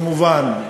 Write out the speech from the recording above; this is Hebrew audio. כמובן,